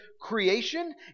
creation